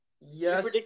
Yes